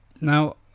now